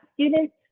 students